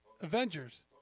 Avengers